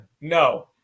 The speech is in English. No